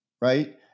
right